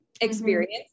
experience